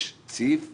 יש סעיף 45,